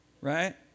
right